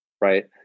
right